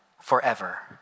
forever